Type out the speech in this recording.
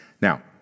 Now